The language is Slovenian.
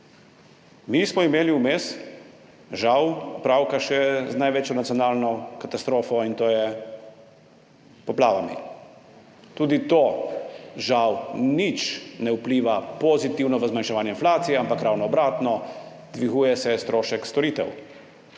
Mi smo imeli vmes, žal, opravka še z največjo nacionalno katastrofo, to je s poplavami. Tudi to žal ne vpliva nič kaj pozitivno na zmanjševanje inflacije, ampak ravno obratno, dviguje se strošek storitev,